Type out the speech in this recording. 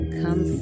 come